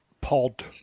Pod